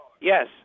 Yes